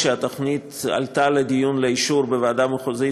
כשהתוכנית עלתה לדיון לאישור בוועדה המחוזית,